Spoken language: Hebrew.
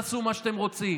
תעשו מה שאתם רוצים.